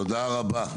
תודה רבה.